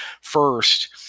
First